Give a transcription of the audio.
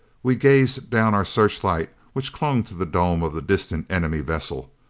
we gazed down our searchlight which clung to the dome of the distant enemy vessel.